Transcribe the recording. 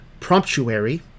promptuary